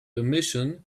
emission